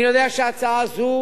אני יודע שההצעה הזאת